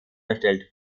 erstellt